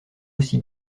aussi